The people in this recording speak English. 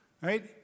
Right